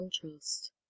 contrast